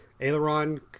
aileron